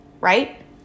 right